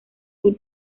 sur